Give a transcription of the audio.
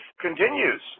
continues